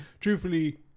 truthfully